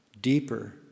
deeper